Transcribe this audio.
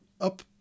up